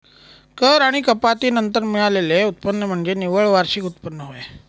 कर आणि कपाती नंतर मिळालेले उत्पन्न म्हणजे निव्वळ वार्षिक उत्पन्न होय